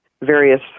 various